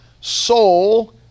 soul